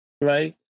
right